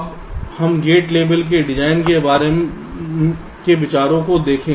अब हम गेट लेबल के डिजाइन के विचारों को देखें